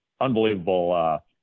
unbelievable